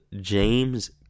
James